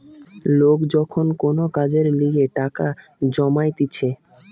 লোক যখন কোন কাজের লিগে টাকা জমাইতিছে